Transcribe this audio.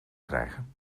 krijgen